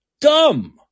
dumb